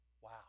Wow